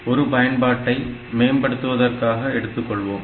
ஒரு பயன்பாட்டை மேம்படுத்துவதாக எடுத்துக்கொள்வோம்